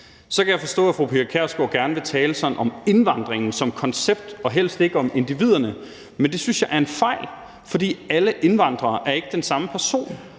Så kan jeg forstå, at fru Pia Kjærsgaard gerne vil tale sådan om indvandringen som koncept og helst ikke om individerne. Men det synes jeg er en fejl. For alle indvandrere er ikke den samme person,